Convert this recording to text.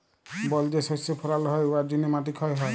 বল যে শস্য ফলাল হ্যয় উয়ার জ্যনহে মাটি ক্ষয় হ্যয়